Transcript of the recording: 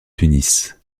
tunis